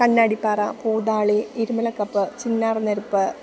Kannadippara Poodali Irumalakkappu Chinnarneruppu